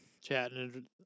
chatting